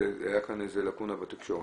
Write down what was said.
אבל תמיד מצליחים לשכנע אותו שיש הצדקה.